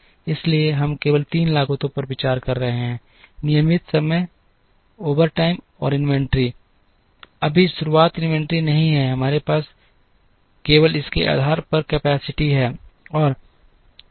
इसलिए हम केवल 3 लागतों पर विचार कर रहे हैं नियमित समय ओवरटाइम और इन्वेंट्री अभी शुरुआत इन्वेंट्री नहीं है हमारे पास केवल इसके आधार पर कैपेसिटी है